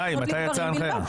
מתי יצאה ההנחיה?